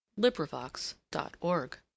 LibriVox.org